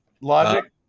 logic